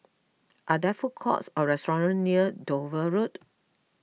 are there food courts or restaurant near Dover Road